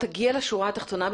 תגיע לשורה התחתונה,